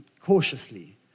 cautiously